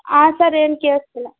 ಆಂ sir ಏನೂ ಕೇಳಿಸ್ತಿಲ್ಲ